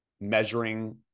measuring